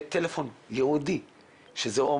תודה על ההזמנה, על ההזדמנות שנתת לנו